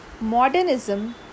modernism